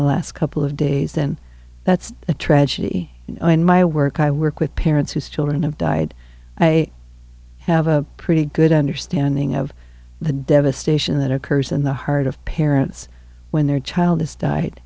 the last couple of days and that's a tragedy in my work i work with parents whose children have died i have a pretty good understanding of the devastation that occurs in the heart of parents when their child has died